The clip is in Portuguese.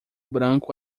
branco